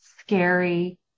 scary